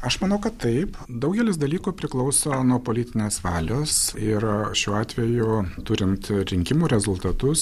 aš manau kad taip daugelis dalykų priklauso nuo politinės valios ir šiuo atveju turint rinkimų rezultatus